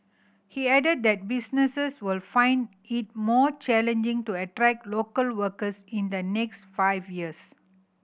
he added that businesses will find it more challenging to attract local workers in the next five years